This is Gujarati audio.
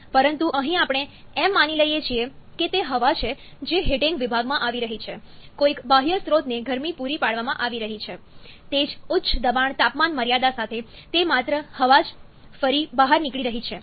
પરંતુ અહીં આપણે એમ માની લઈએ છીએ કે તે હવા છે જે હીટિંગ વિભાગમાં આવી રહી છે કોઈક બાહ્ય સ્ત્રોતને ગરમી પૂરી પાડવામાં આવી રહી છે તે જ ઉચ્ચ દબાણ તાપમાન મર્યાદા સાથે તે માત્ર હવા જ ફરી બહાર નીકળી રહી છે